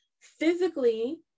physically